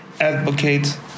advocate